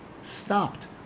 stopped